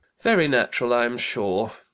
very natural, i am sure.